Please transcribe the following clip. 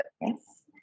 Yes